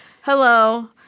Hello